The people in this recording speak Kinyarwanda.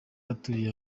atuye